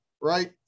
right